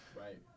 right